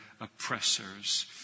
Oppressors